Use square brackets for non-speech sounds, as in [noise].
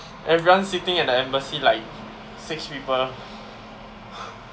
everyone sitting at the embassy like six people [breath]